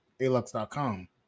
alux.com